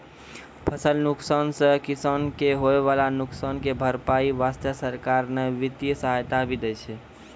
फसल नुकसान सॅ किसान कॅ होय वाला नुकसान के भरपाई वास्तॅ सरकार न वित्तीय सहायता भी दै छै